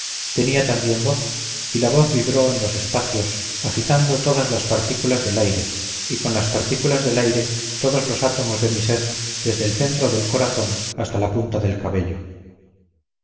tenía también voz y la voz vibró en los espacios agitando todas las partículas del aire y con las partículas del aire todos los átomos de mi ser desde el centro del corazón hasta la punta del cabello